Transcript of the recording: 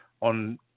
on